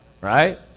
right